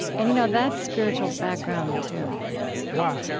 and you know that's spiritual background too why?